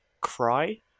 Cry